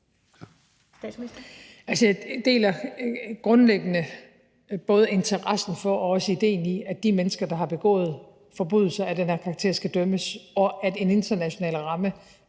Jeg deler grundlæggende både interessen for og også idéen i, at de mennesker, der har begået forbrydelser af den her karakter, skal dømmes, og at en international ramme